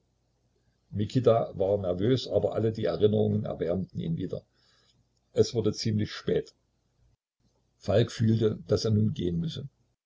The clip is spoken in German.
mikita war nervös aber alle die erinnerungen erwärmten ihn wieder es wurde ziemlich spät falk fühlte daß er nun gehen müsse